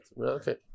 Okay